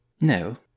No